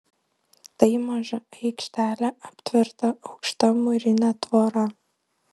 tai maža aikštelė aptverta aukšta mūrine tvora